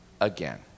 again